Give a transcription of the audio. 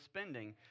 spending